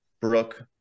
Brooke